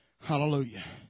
Hallelujah